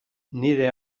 nire